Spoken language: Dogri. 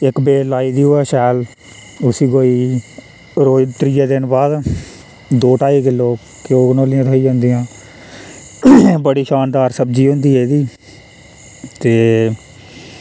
इक बेल लाई दी होऐ शैल उसी कोई रोज़ त्रियै दिन बाद दो ढाई किल्लो घ्यौ कंडोलियां थ्होई जंदियां बड़ी शानदार सब्ज़ी होंदी एह्दी ते